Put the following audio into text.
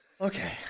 Okay